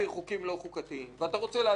לא חוקתיים, ואתה רוצה להצביע עליהם.